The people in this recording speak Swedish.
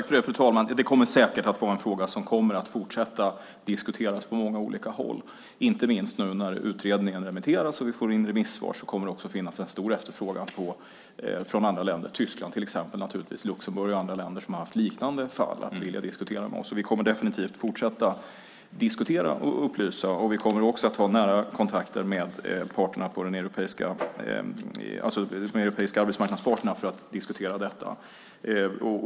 Fru talman! Det kommer säkert att vara en fråga som kommer att fortsätta diskuteras på många olika håll. Inte minst nu när utredningen remitteras och vi får in remissvar kommer det också att finnas en stor efterfrågan från andra länder, till exempel Tyskland, Luxemburg och andra länder som har haft liknande fall, att vilja diskutera med oss. Och vi kommer definitivt att fortsätta diskutera och upplysa. Vi kommer också att ha nära kontakter med de europeiska arbetsmarknadsparterna för att diskutera detta.